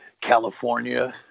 California